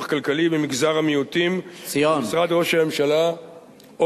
כלכלי במגזר המיעוטים במשרד ראש הממשלה,